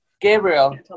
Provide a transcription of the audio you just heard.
Gabriel